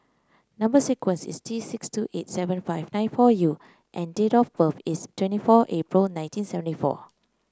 number sequence is T six two eight seven five nine four U and date of birth is twenty four April nineteen seventy four